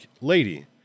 lady